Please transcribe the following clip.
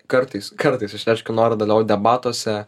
kartais kartais išreiškiu norą dalyvaut debatuose